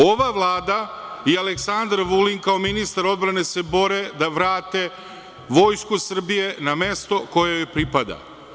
Ova Vlada i Aleksandar Vulin kao ministar odbrane se bore da vrate Vojsku Srbije na mesto koje joj pripada.